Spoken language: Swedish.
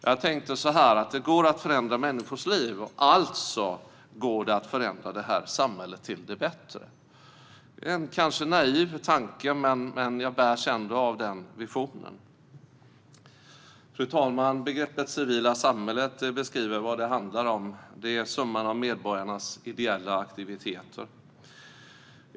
Jag tänkte att det går att förändra människors liv - alltså går det att förändra det här samhället till det bättre. Det är kanske en naiv tanke, men jag bärs ändå av den visionen. Fru talman! Begreppet civila samhället beskriver vad det handlar om. Det är summan av medborgarnas ideella aktiviteter.